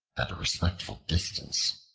at a respectful distance,